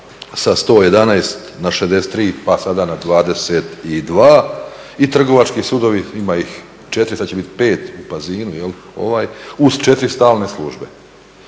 sa 111 na 63, pa sada na 22 i Trgovački sudovi. Ima ih 4, sad će biti 5 u Pazinu ovaj uz 4 stalne službe.